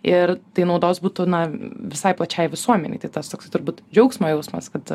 ir tai naudos būtų visai plačiai visuomenei tai tas toksai turbūt džiaugsmo jausmas kad